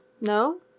No